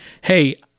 hey